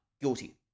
guilty